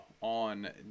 on